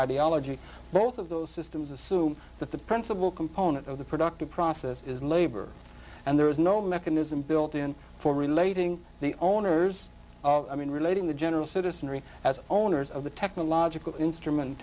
ideology both of those systems assume that the principle component of the productive process is labor and there is no mechanism built in formulating the owners i mean relating the general citizenry as owners of the technological instrument